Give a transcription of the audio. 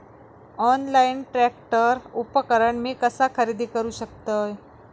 Online tractor उपकरण मी कसा खरेदी करू शकतय?